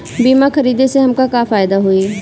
बीमा खरीदे से हमके का फायदा होई?